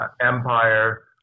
Empire